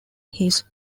his